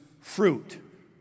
fruit